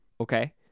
Okay